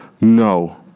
No